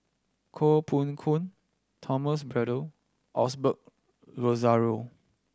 Koh Poh Koon Thomas Braddell Osbert Rozario